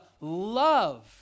love